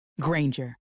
Granger